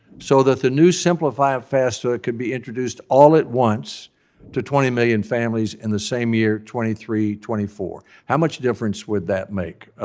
so that the new simplified fafsa could be introduced all at once to twenty million families in the same year, twenty three twenty four. how much difference would that make?